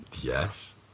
Yes